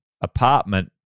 apartment